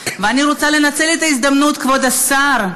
ואני רוצה לנצל את ההזדמנות, כבוד השר,